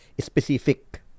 specific